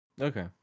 Okay